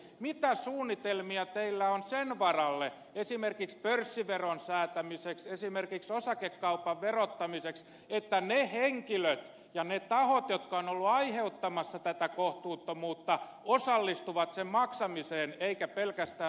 mitä suunnitelmia teillä on sen varalle esimerkiksi pörssiveron säätämiseksi esimerkiksi osakekaupan verottamiseksi että ne henkilöt ja ne tahot jotka ovat olleet aiheuttamassa tätä kohtuuttomuutta osallistuvat sen maksamiseen eikä pelkästään suomen kansa